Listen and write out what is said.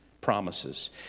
promises